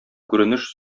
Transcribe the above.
күренеш